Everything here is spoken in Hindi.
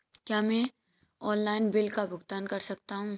क्या मैं ऑनलाइन बिल का भुगतान कर सकता हूँ?